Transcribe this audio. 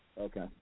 Okay